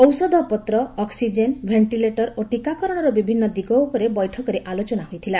ଔଷଧପତ୍ର oxygen ventilator ଓ ଟିକାକରଣର ବିଭିନ୍ନ ଦିଗ ଉପରେ ବୈଠକରେ ଆଲୋଚନାରେ ହୋଇଥିଲା